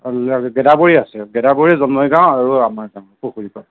গেদাবৰী আছে গেদাবৰী জোনমণি গাঁও আৰু আমাৰ গাঁও পুখুৰী পাৰ